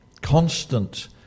constant